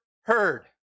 heard